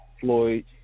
Floyd